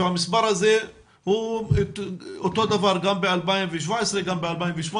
המספר הזה דומה גם ב-2017 וגם ב-2018.